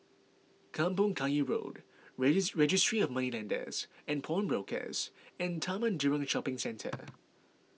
Kampong Kayu Road Registry of Moneylenders and Pawnbrokers and Taman Jurong Shopping Centre